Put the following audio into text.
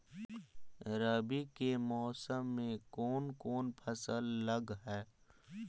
रवि के मौसम में कोन कोन फसल लग है?